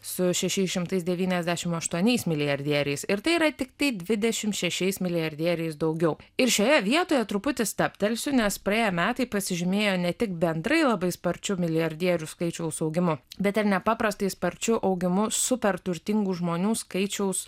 su šešiais šimtais devyniasdešimt aštuoniais milijardieriais ir tai yra tiktai dvidešimt šešiais milijardieriais daugiau ir šioje vietoje truputį stabtelsiu nes praėję metai pasižymėjo ne tik bendrai labai sparčiu milijardierių skaičiaus augimu bet ir nepaprastai sparčiu augimu super turtingų žmonių skaičiaus